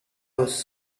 was